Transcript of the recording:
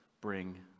Bring